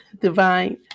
divine